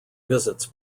visits